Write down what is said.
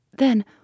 Then